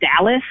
Dallas –